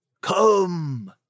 Come